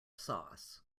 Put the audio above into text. sauce